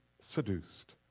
Seduced